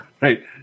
Right